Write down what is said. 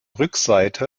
rückseite